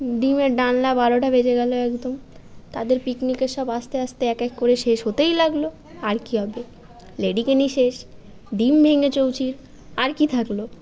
ডিমের ডালনা বারোটা বেজে গেলো একদম তাদের পিকনিকের সব আস্তে আস্তে এক এক করে শেষ হতেই লাগল আর কী হবে লেডিকেনি শেষ ডিম ভেঙে চৌচির আর কী থাকল